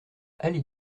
allez